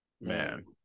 man